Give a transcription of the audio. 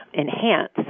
enhance